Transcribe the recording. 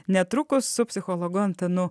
netrukus su psichologu antanu